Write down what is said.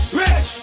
rich